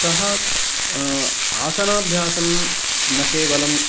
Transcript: सः आसनाभ्यासं न केवलं